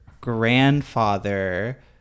grandfather